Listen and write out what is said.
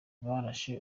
barashe